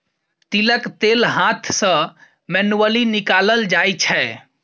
तिलक तेल हाथ सँ मैनुअली निकालल जाइ छै